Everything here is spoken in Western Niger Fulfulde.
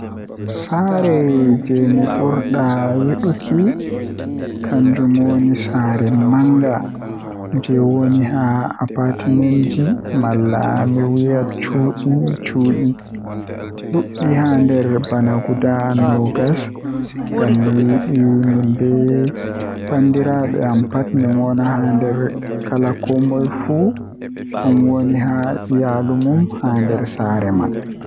Saare jei mi burdaa yiduki janjum woni saare manga jei woni haa apatmenji mallaa mi wiya cudi-cudi duddi haander bana guda noogas ngam mi yidi min be bandiraabe am pat min wona haa nder kala komoi fuu don wondi be iyaalu mum haa nder saare man.